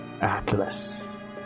Atlas